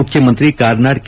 ಮುಖ್ಯಮಂತ್ರಿ ಕಾರ್ನಾಡ್ ಕೆ